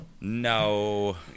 No